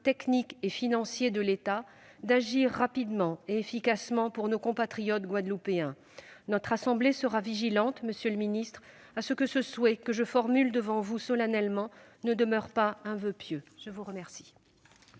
techniques et financiers de l'État, d'agir rapidement et efficacement pour nos compatriotes guadeloupéens. Notre assemblée sera vigilante, monsieur le ministre, à ce que ce souhait, que je formule devant vous solennellement, ne demeure pas un voeu pieux. Très bien